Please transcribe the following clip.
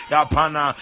Yapana